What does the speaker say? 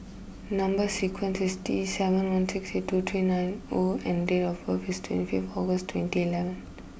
number sequence is T seven one six eight two three nine O and date of birth is twenty fifth August twenty eleven